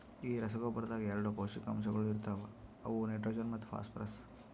ಈ ರಸಗೊಬ್ಬರದಾಗ್ ಎರಡ ಪೌಷ್ಟಿಕಾಂಶಗೊಳ ಇರ್ತಾವ ಅವು ನೈಟ್ರೋಜನ್ ಮತ್ತ ಫಾಸ್ಫರ್ರಸ್